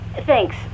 Thanks